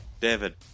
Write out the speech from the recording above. David